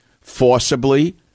Forcibly